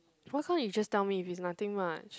why can't you just tell me if it's nothing much